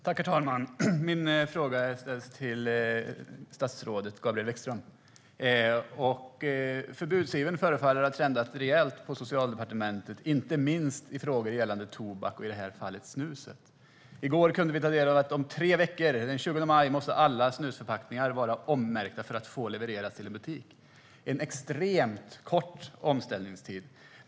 Herr talman! Min fråga ställs till statsrådet Gabriel Wikström. Förbudsivern förefaller ha trendat rejält på Socialdepartementet, inte minst i frågor gällande tobak, i det aktuella fallet snus. Om tre veckor, den 20 maj, måste alla snusförpackningar vara ommärkta för att få levereras till butik, fick vi ta del av i går. Det är en extremt kort omställningstid.